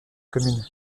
commune